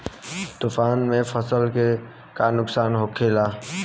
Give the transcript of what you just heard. तूफान से फसल के का नुकसान हो खेला?